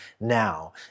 now